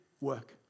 work